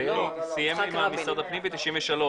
קיבלנו קצת שיעור בהיסטוריה.